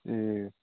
ए